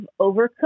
overcooked